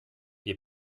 wir